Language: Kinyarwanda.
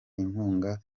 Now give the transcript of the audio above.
inkunga